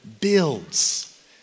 builds